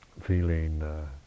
feeling